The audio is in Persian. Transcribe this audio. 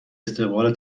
استقبال